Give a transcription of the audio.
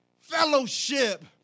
Fellowship